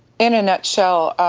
in a nutshell,